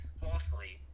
falsely